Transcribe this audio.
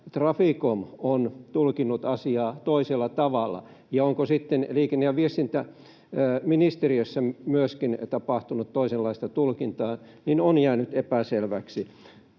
Traficom on tulkinnut asiaa toisella tavalla, ja se, onko sitten liikenne- ja viestintäministeriössä myöskin tapahtunut toisenlaista tulkintaa, on jäänyt epäselväksi.